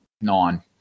nine